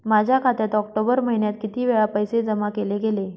माझ्या खात्यात ऑक्टोबर महिन्यात किती वेळा पैसे जमा केले गेले?